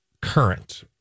current